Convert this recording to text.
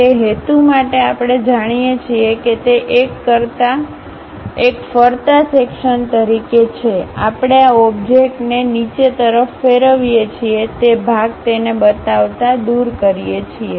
તે હેતુ માટે આપણે જાણીએ છીએ કે તે એક ફરતા સેક્શન્ તરીકે છે આપણે આ ઓબ્જેક્ટને નીચે તરફ ફેરવીએ છીએ તે ભાગ તેને બતાવતાં દૂર કરીએ છીએ